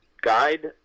guide